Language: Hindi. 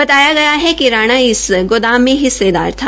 बताया गया है राणा इस गोदाम में हिस्सेदार था